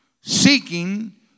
Seeking